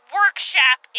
workshop